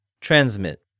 Transmit